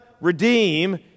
redeem